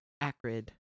acrid